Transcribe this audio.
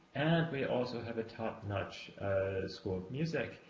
and we also have a top notch school of music,